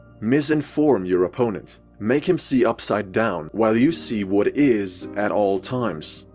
misinform your opponent, make him see upside down, while you see what is at all times.